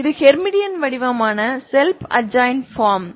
இது ஹெர்மிடியன் வடிவமான self adjoint form